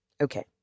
Okay